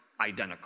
identical